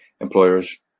employers